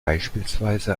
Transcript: beispielsweise